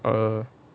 oh